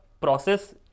process